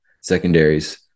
secondaries